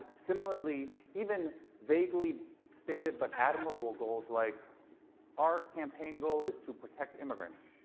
similarly even vaguely stated but admirable goals like our campaign goal is to protect immigrants.